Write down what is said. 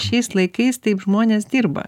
šiais laikais taip žmonės dirba